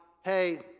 Hey